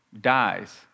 dies